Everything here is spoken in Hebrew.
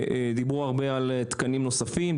דיברו הרבה על תקנים נוספים,